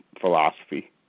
philosophy